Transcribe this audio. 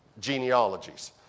genealogies